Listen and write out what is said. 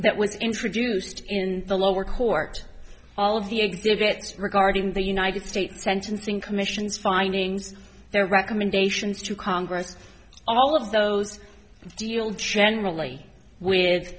that was introduced in the lower court all of the exhibits regarding the united states sentencing commission's findings their recommendations to congress all of those deal chan really with